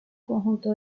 conjunto